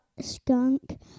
skunk